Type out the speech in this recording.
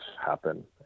happen